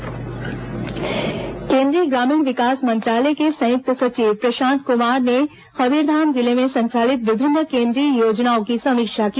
केंद्रीय सचिव कबीरधाम केंद्रीय ग्रामीण विकास मंत्रालय के संयुक्त सचिव प्रशांत कुमार ने कबीरधाम जिले में संचालित विभिन्न केंद्रीय योजनाओं की समीक्षा की